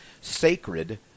sacred